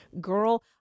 girl